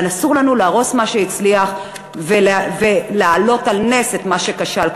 אסור לנו להרוס את מה שהצליח ולהעלות על נס את מה שכשל,